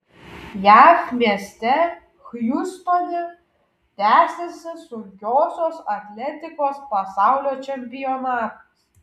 jav mieste hjustone tęsiasi sunkiosios atletikos pasaulio čempionatas